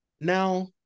now